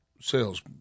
sales